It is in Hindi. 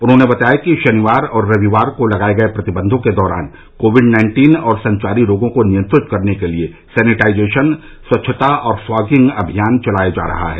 उन्होंने बताया कि शनिवार और रविवार को लगाये गये प्रतिबंधों के दौरान कोविड नाइन्टीन और संचारी रोगों को नियंत्रित करने के लिये सैनिटाइजेशन स्वच्छता और फॉगिंग का अभियान चलाया जा रहा है